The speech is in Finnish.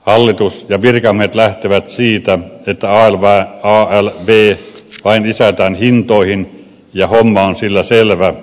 hallitus ja virkamiehet lähtevät siitä että alv vain lisätään hintoihin ja homma on sillä selvä